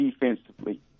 defensively